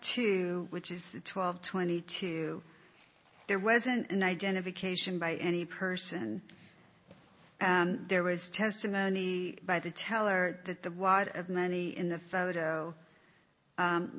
to which is twelve twenty two there wasn't an identification by any person and there was testimony by the teller that the wad of money in the photo